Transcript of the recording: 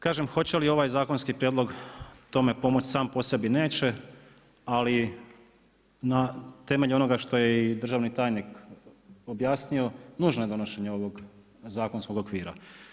Kažem, hoće li ovaj zakonski prijedlog tome pomoć sam po sebi, neće, ali na temelju onoga što je i državni tajnik objasnio, nužno je donošenje ovog zakonskog okvira.